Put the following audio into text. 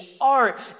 art